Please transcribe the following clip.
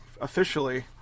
officially